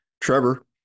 Trevor